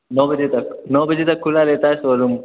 नौ बजे नौ बजे तक खुला रहता है शौरूम